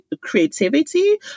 creativity